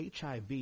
HIV